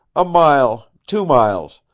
a mile. two miles.